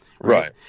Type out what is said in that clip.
Right